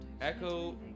Echo